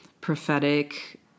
prophetic